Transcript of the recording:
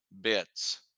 bits